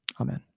amen